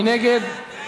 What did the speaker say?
מי נגד?